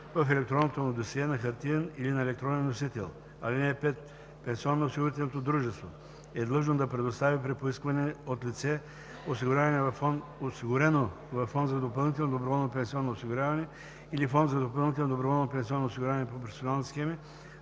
в електронното му досие на хартиен или на електронен носител. (5) Пенсионноосигурителното дружество е длъжно да предостави при поискване от лице, осигурено във фонд за допълнително доброволно пенсионно осигуряване или фонд за допълнително доброволно пенсионно осигуряване по професионални схеми